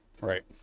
Right